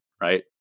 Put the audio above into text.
Right